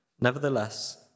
Nevertheless